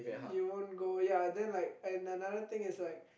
you won't go yea and then like and another thing is like